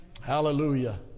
Hallelujah